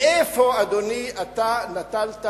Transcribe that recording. מאיפה, אדוני, נטלת